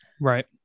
right